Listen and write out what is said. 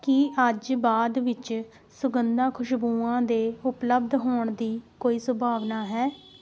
ਕੀ ਅੱਜ ਬਾਅਦ ਵਿੱਚ ਸੁਗੰਧਾਂ ਖ਼ੁਸ਼ਬੂਆਂ ਦੇ ਉਪਲਬਧ ਹੋਣ ਦੀ ਕੋਈ ਸੰਭਾਵਨਾ ਹੈ